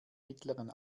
mittleren